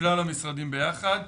כלל המשרדים ביחד,